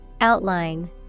Outline